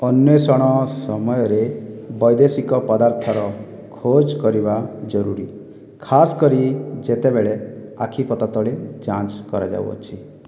ଅନ୍ୱେଷଣ ସମୟରେ ବୈଦେଶିକ ପଦାର୍ଥର ଖୋଜ କରିବା ଜରୁରୀ ଖାସ୍ କରି ଯେତେବେଳେ ଆଖିପତା ତଳେ ଯାଞ୍ଚ କରାଯାଉଛି